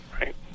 Right